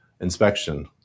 inspection